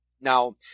Now